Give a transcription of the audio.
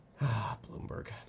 Bloomberg